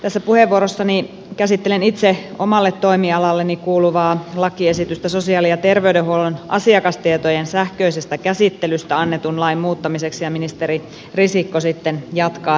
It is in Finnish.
tässä puheenvuorossani käsittelen itse omalle toimialalleni kuuluvaa lakiesitystä sosiaali ja terveydenhuollon asiakastietojen sähköisestä käsittelystä annetun lain muuttamiseksi ja ministeri risikko jatkaa sitten täsmennyksillä